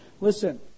Listen